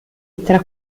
tra